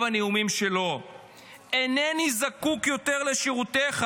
הנאומים שלו: אינני זקוק יותר לשירותיך.